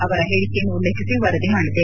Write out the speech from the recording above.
ಅವರ ಹೇಳಿಕೆಯನ್ನು ಉಲ್ಲೇಖಿಸಿ ವರದಿ ಮಾಡಿದೆ